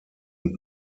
und